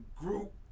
group